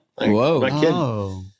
Whoa